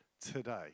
today